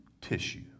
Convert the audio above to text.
tissue